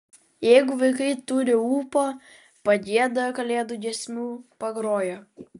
jeigu vaikai turi ūpo pagieda kalėdų giesmių pagroja